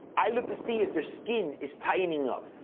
i look to see if their skin is tightening up.